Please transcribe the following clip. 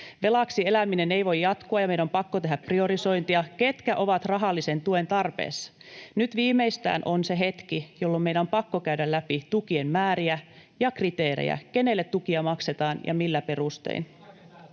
Velaksi eläminen ei voi jatkua, ja meidän on pakko tehdä priorisointia, ketkä ovat rahallisen tuen tarpeessa. Nyt viimeistään on se hetki, jolloin meidän on pakko käydä läpi tukien määriä ja kriteerejä: kenelle tukia maksetaan ja millä perustein.